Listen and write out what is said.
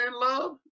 love